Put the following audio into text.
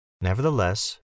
Nevertheless